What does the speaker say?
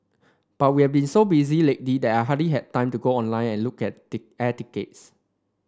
but we have been so busy lately that I hardly had time to go online and look at air tickets